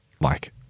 like-